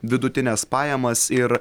vidutines pajamas ir